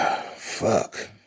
fuck